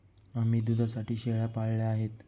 आम्ही दुधासाठी शेळ्या पाळल्या आहेत